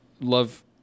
love